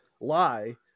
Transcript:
lie